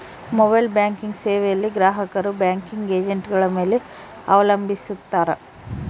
mobile banking ಸೇವೆಯಲ್ಲಿ ಗ್ರಾಹಕರು banking ಏಜೆಂಟ್ಗಳ ಮೇಲೆ ಅವಲಂಬಿಸಿರುತ್ತಾರ